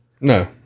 No